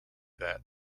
that